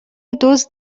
دزد